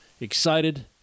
excited